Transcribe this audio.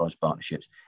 partnerships